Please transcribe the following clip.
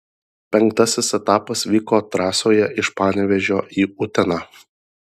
penktasis etapas vyko trasoje iš panevėžio į uteną